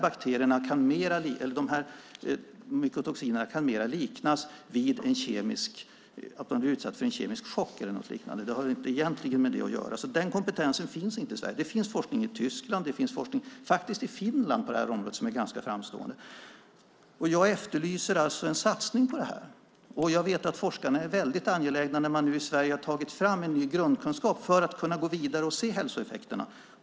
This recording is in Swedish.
Effekten av de här mykotoxinerna kan liknas vid att man blir utsatt för en kemisk chock eller något liknande, så det har egentligen inte med det här att göra. Den här kompetensen finns alltså inte i Sverige. Det finns forskning på området i Tyskland och faktiskt också i Finland som är ganska framstående. Jag efterlyser alltså en satsning på denna forskning. Jag vet att forskarna i Sverige, när de nu har tagit fram en ny grundkunskap, är väldigt angelägna om att kunna gå vidare för att se hälsoeffekterna.